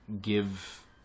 give